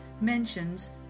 mentions